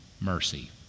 mercy